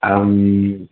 अहं